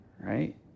right